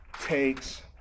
takes